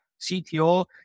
CTO